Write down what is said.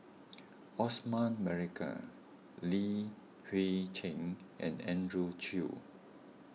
Osman Merican Li Hui Cheng and Andrew Chew